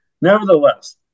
Nevertheless